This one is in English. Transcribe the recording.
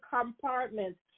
compartments